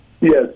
Yes